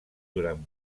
durant